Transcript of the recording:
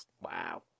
Wow